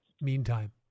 meantime